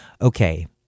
Okay